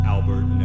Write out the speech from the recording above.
Albert